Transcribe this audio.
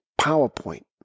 PowerPoint